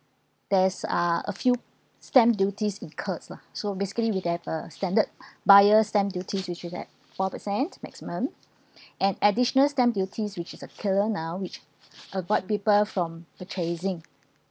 there is ah a few stamp duties incurs lah so basically we have uh standard buyer's stamp duties which is that four percent maximum and additional stamp duties which is a killer now which avoid people from purchasing